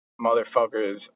motherfuckers